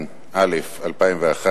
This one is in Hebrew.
אין דוברים.